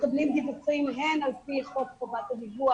מקבלים דיווחים הן על פי חוק חובת הדיווח